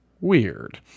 weird